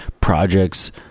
projects